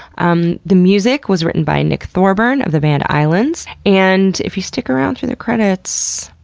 um the music was written by nick thorburn of the band islands. and if you stick around through the credits,